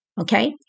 okay